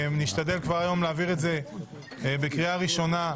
להעביר את זה בקריאה ראשונה.